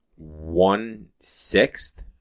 one-sixth